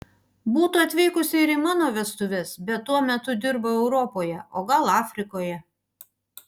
būtų atvykusi ir į mano vestuves bet tuo metu dirbo europoje o gal afrikoje